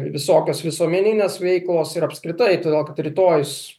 visokios visuomeninės veiklos ir apskritai todėl kad rytojus